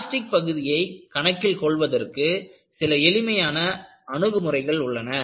plastic பகுதியை கணக்கில் கொள்வதற்கு சில எளிமையான அணுகுமுறைகள் உள்ளன